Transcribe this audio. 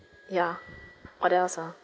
ya what else ah